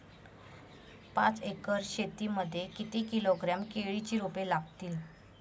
पाच एकर शेती मध्ये किती किलोग्रॅम केळीची रोपे लागतील?